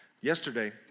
Yesterday